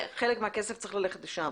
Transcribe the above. חלק מהכסף צריך ללכת לשם.